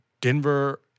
Denver